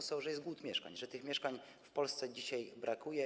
Dlatego że jest głód mieszkań, że tych mieszkań w Polsce dzisiaj brakuje.